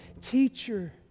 teacher